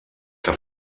que